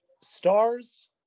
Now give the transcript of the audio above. stars